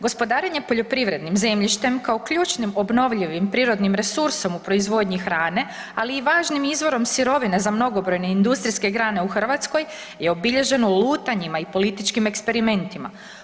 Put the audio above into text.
Gospodarenje poljoprivrednim zemljištem kao ključnim obnovljivim prirodnim resursom u proizvodnji hrane ali i važnim izvorom sirovine za mnogobrojne industrijske grane u Hrvatskoj je obilježen lutanjima i politički eksperimentima.